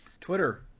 Twitter